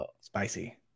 spicy